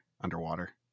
underwater